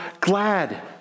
glad